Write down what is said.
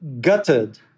gutted